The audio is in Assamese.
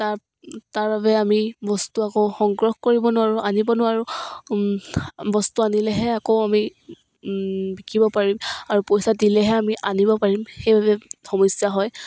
তাৰ তাৰ বাবে আমি বস্তু আকৌ সংগ্ৰহ কৰিব নোৱাৰোঁ আনিব নোৱাৰোঁ বস্তু আনিলেহে আকৌ আমি বিকিব পাৰিম আৰু পইচা দিলেহে আমি আনিব পাৰিম সেইবাবে সমস্যা হয়